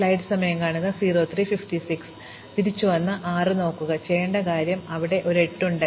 അതിനാൽ ഞങ്ങൾ തിരിച്ചുവന്ന് 6 നോക്കുക ചെയ്യേണ്ട ഏതൊരു നീക്കവും കാണുക അവിടെ ഒരു 8 ഉണ്ട്